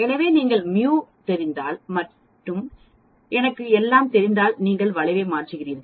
எனவே நீங்கள் μ தெரிந்தால் மற்றும் எனக்கு எல்லாம் தெரிந்தால் நீங்கள் வளைவை மாற்றுகிறீர்கள்